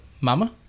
Mama